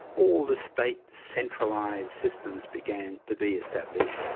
all the state centralised systems began to be established.